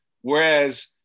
Whereas